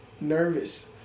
nervous